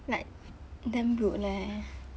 like damn rude leh